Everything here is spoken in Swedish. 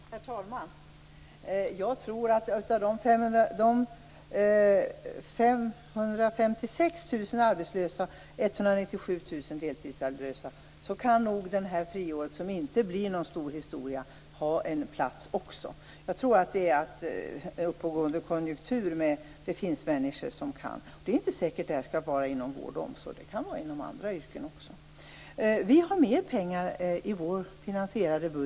Herr talman! Jag tror att också idén med ett friår, som inte blir någon stor historia, kan ha sin plats för de 556 000 arbetslösa och 197 000 deltidsarbetslösa. Även om konjunkturen är uppåtgående finns det nog människor som kan använda sig av det här. Det är heller inte säkert att det skall användas inom vård och omsorg. Det kan vara också inom andra yrken. Vi har i vår finansierade budget mer pengar än vad socialdemokraterna har.